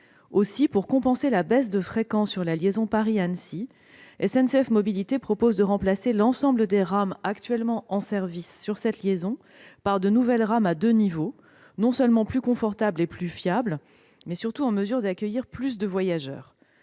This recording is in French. Aussi, pour compenser la baisse de la fréquence sur la liaison Paris-Annecy, SNCF Mobilités propose de remplacer l'ensemble des rames actuellement en service sur cette liaison par de nouvelles rames à deux niveaux, lesquelles sont non seulement plus confortables et plus fiables, mais surtout en mesure d'accueillir plus de voyageurs.